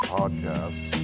podcast